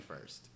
first